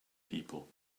people